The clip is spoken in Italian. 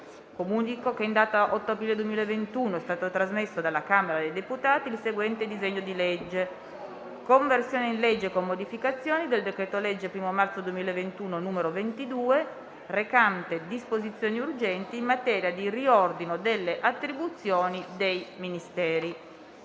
Comunico che in data 8 aprile 2021 è stato trasmesso dalla Camera dei deputati il seguente disegno di legge: «Conversione in legge, con modificazioni, del decreto-legge 1° marzo 2021, n. 22, recante disposizioni urgenti in materia di riordino delle attribuzioni dei Ministeri»